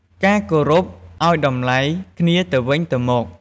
ការរគោរពឲ្យតម្លៃគ្នាទៅវិញទៅមក។